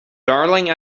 darling